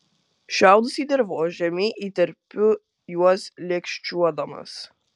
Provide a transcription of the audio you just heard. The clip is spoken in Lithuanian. šiaudus į dirvožemį įterpiu juos lėkščiuodamas